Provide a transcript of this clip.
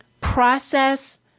process